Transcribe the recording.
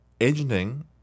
agenting